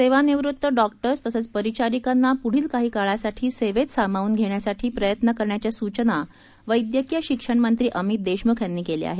सेवानिवृत्त डॉक्टर्स तसंच परिचारिकांना पुढील काही काळासाठी सेवेत सामावून घेण्यासाठी प्रयत्न करण्याच्या सूचना वैद्यकीय शिक्षण मंत्री अमित देशमुख यांनी केल्या आहेत